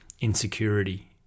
insecurity